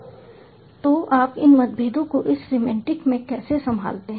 तो आप इन मतभेदों को इस सिमेंटिक में कैसे संभालते हैं